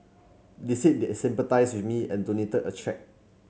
they said they sympathised with me and donated a cheque